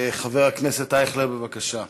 חבר הכנסת ישראל אייכלר, בבקשה.